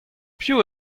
piv